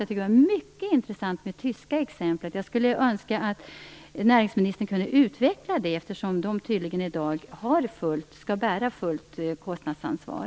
Det tyska exemplet var mycket intressant, och jag skulle önska att näringsministern utvecklade detta. Där är det tydligen frågan om fullt kostnadsansvar.